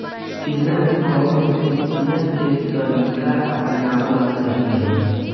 केला में कवन सिचीया के तरिका अपनावल सही रही?